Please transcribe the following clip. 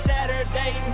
Saturday